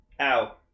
Ow